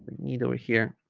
need over here